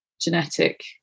genetic